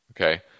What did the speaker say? Okay